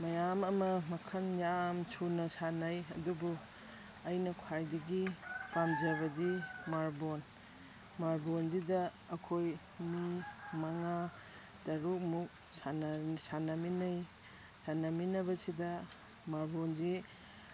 ꯃꯌꯥꯝ ꯑꯃ ꯃꯈꯟ ꯌꯥꯝ ꯁꯨꯅ ꯁꯥꯟꯅꯩ ꯑꯗꯨꯕꯨ ꯑꯩꯅ ꯈ꯭ꯋꯥꯏꯗꯒꯤ ꯄꯥꯝꯖꯕꯗꯤ ꯃꯥꯔꯕꯣꯜ ꯃꯥꯔꯕꯣꯜꯁꯤꯗ ꯑꯩꯈꯣꯏ ꯃꯤ ꯃꯉꯥ ꯇꯔꯨꯛꯃꯨꯛ ꯁꯥꯟꯅꯃꯤꯟꯅꯩ ꯁꯥꯟꯅꯃꯤꯟꯅꯕꯁꯤꯗ ꯃꯥꯔꯕꯣꯜꯁꯤ